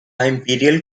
imperial